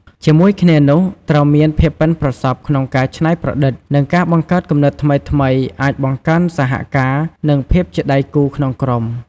ជាមួយគ្នានោះ ត្រូវមានភាពប៉ិនប្រសប់ក្នុងការច្នៃប្រឌិត និងការបង្កើតគំនិតថ្មីៗ អាចបង្កើនសហការណ៍ និងភាពជាដៃគូក្នុងក្រុម។